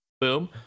Boom